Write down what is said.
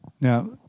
Now